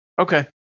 Okay